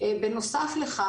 בנוסף לכך,